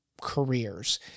careers